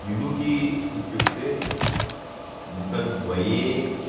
द्विमुखी इत्युक्ते मुखद्वये